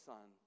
Son